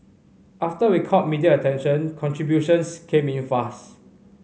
after we caught media attention contributions came in fast